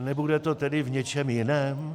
Nebude to tedy v něčem jiném?